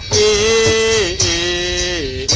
e